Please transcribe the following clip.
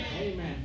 Amen